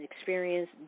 experience